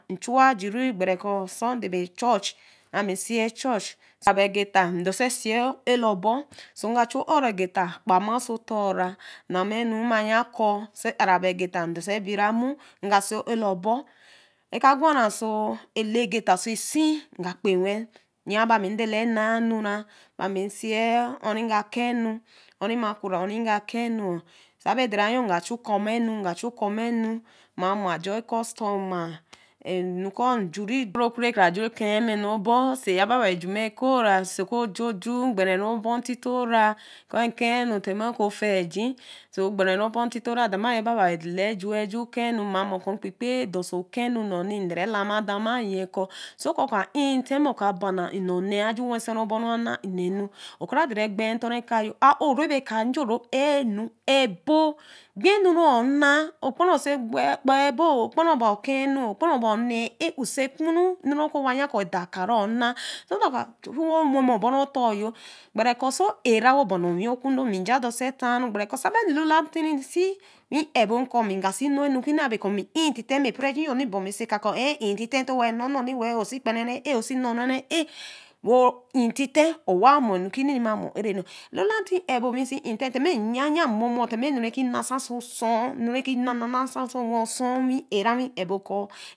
N'chua jiri gbere kɔ̃ sunday be church remi ɛsɛ church labie gita ndorse o'ɛlabo so ga ehu u-ro gita kpama oso otor-ra namaɛnu-re nama-ɛan kɔ̃ so arab gita ndorsẽ ɛbina moo we ka si o'ɛlebo aka gwa-ra-oso ɛle vita oo ɛgii nga kpewe yã ba mi ɛnaah ɛnu-ra ba mi ɛnaah ɛnu-ra ba mi ɛsii oh reke ga kenu ũn ma kru ũn nga kenũũ sabe der-ue nga ehu kurma ehu ma moi ajo customa ehu kɔ̃-re jũri o'guri kɔ̃ rekara ju ɛkeeh miɛnu obor sa yaba nabre juma ɛkouk-ah sa ku ju-oju gbere-eh obortatitora kɔ̃ nkeehnu tema oku ofiiji so gbere obortitora den yaba nabre dala ɛjuu ju kehnu ma mo kɔ̃ nkpekpee dorso kehnu-ni ndoru alarma demanyi kɔ̃ so kɔ̃ oka intiteh ma oka bana nnoni a ja juu weseri oboru-u anah enu okra dorru ɛkpeeh ntor reka-oh a oh rebe ɛka-oh ro ɛh ɛhu ɛbo ɛnu ra õh nah okpara ɛkpaah ɛboo okpara ba oh keeh-nu okpra ba õh e'haah ã ũsi kpii-i ɛnu reke we ya kɔ̃ edorakah re õh ɛnnah so that oka chu wo wema oboru-u oto-oh ɛgbere kɔ̃ so era wo bana owi okudo nja dusi ɛta-ru gbere kɔ̃ sa be lulati-resi wi ɛbo kɔ̃ nga si nornu-kuni wa be kɔ̃ in tite tnah puto-ɛif baa oso ɛka nte-owa-norni wee osi akpara-ah osi nom-a wo intite rewa mo nukune rewa mo nukune rewa mo eera-a alulati-gbo we si intite tema nyayah momo temanu reke kẽ nasa so osoh ɛnu ke nasa oso we soh wẽ era we abe kɔ̃